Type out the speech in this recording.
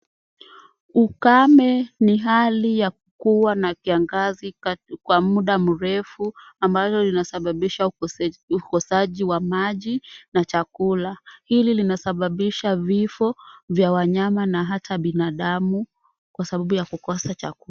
Ukame ni hali ya kuwa na kiangazi kwa muda mrefu ambayo inasabambisha ukosaji wa maji na chakula. Hii inasabambisha vifo vya wanayama na hata binadamu kwa sababu ya kukosa chakula.